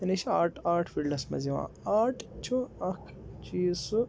یعنی یہِ چھِ آٹ آٹ فیٖلڈَس منٛز یِوان آٹ چھُ اَکھ چیٖز سُہ